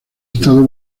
estado